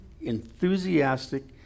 enthusiastic